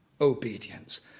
obedience